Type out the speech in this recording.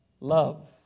love